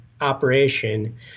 operation